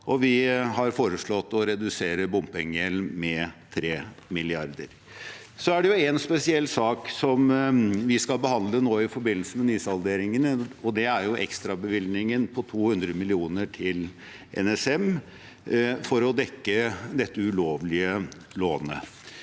vi har foreslått å redusere bompengegjelden med 3 mrd. kr. Det er én spesiell sak vi skal behandle nå i forbindelse med nysalderingen, og det er ekstrabevilgningen på 200 mill. kr til NSM for å dekke dette ulovlige lånet.